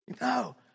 No